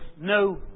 no